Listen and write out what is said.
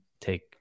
take